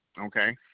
okay